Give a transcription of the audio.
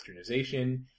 westernization